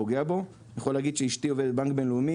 יכול להגיד שאשתי עובדת בנק בינלאומי